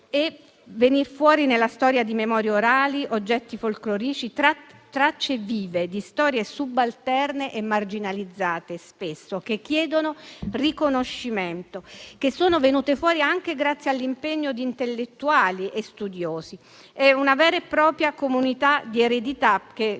e nel far emergere la storia di memorie orali, oggetti folclorici, tracce vive di storie subalterne e spesso marginalizzate, che chiedono riconoscimento. Esse sono venute fuori anche grazie all'impegno di intellettuali e studiosi. È una vera e propria «comunità di eredità»,